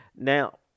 Now